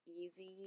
easy